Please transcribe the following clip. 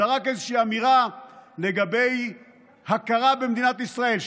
זרק איזושהי אמירה לגבי הכרה במדינת ישראל.